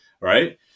Right